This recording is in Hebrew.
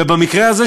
ובמקרה הזה,